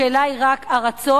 השאלה היא רק הרצון,